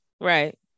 right